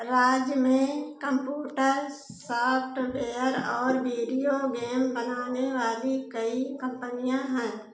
राज में computer software और video game बनाने वाली कई कंपनियां हैं